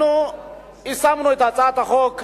אנחנו יזמנו את הצעת החוק,